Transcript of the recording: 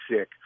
sick